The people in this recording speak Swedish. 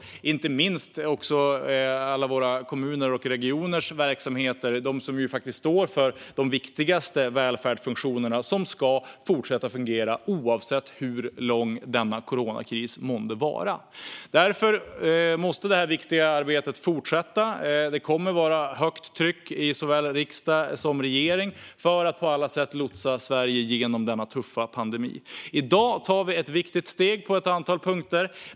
Vi måste inte minst följa våra kommuners och regioners verksamheter. Det är ju de som står för de viktigaste välfärdsfunktionerna som ska fortsätta fungera, oavsett hur lång coronakrisen månde vara. Det här viktiga arbetet måste därför fortsätta. Det kommer att vara ett högt tryck såväl i riksdagen som i regeringen för att vi på alla sätt ska kunna lotsa Sverige igenom denna tuffa pandemi. I dag tar vi ett viktigt steg på ett antal områden.